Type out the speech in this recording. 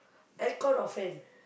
aircon or fan